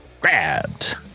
grabbed